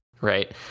Right